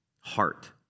heart